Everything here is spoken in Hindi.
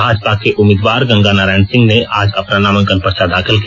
भाजपा के उम्मीदवार गंगा नारायण सिंह ने आज अपना नामांकन पर्चो दाखिल किया